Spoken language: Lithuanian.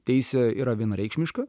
teisė yra vienareikšmiška